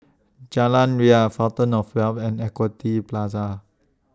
Jalan Ria Fountain of Wealth and Equity Plaza